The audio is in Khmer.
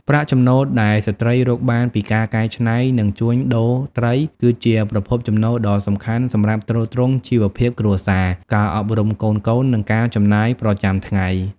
ប្រាក់ចំណូលដែលស្ត្រីរកបានពីការកែច្នៃ និងជួញដូរត្រី គឺជាប្រភពចំណូលដ៏សំខាន់សម្រាប់ទ្រទ្រង់ជីវភាពគ្រួសារ ការអប់រំកូនៗ និងការចំណាយប្រចាំថ្ងៃ។